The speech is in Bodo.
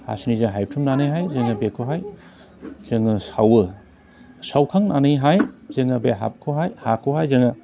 हासिनिजों हायथुमनानै जोङो बेखौहाय जोङो सावो सावखांनानैहाय जोङो बे हाखौहाय जोङो